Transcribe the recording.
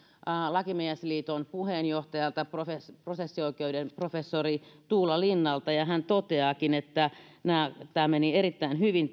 lakimiesliiton puheenjohtajalta prosessioikeuden professori tuula linnalta ja hän toteaakin että tämä käsittely meni erittäin hyvin